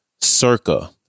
CIRCA